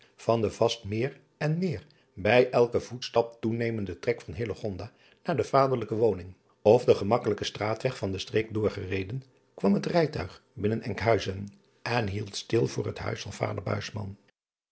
van den vast meer en meer bij elken voetstap toenemenden trek van naar de vaderlijke woning of den gemakkelijken straatweg van de treek doorgeregen kwa het rijtuig binnen nkhuizen en hield stil voor het huis van vader